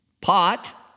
pot